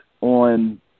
on